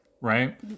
Right